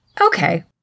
okay